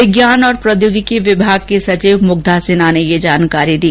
विज्ञान और प्रौद्योगिकी विभाग की सचिव मुग्धा सिन्हा ने ये जानकारी दी